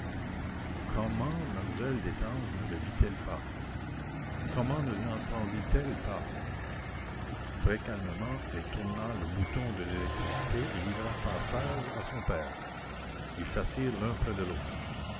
comment m lle destange ne le vit-elle pas comment ne lentendit elle pas très calmement elle tourna le bouton de l'électricité et livra passage à son père ils s'assirent l'un près de l'autre